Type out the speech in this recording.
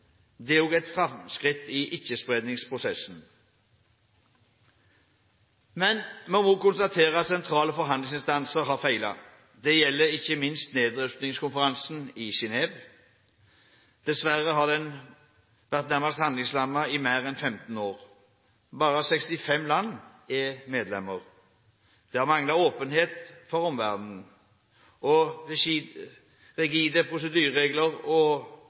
Det er også et framskritt i ikke-spredningsprosessen. Men vi må konstatere at sentrale forhandlingsinstanser har feilet. Det gjelder ikke minst Nedrustningskonferansen i Genève. Dessverre har den vært nærmest handlingslammet i mer enn 15 år. Bare 65 land er medlemmer. Den har manglet åpenhet for omverdenen, og